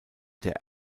der